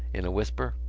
in a whisper,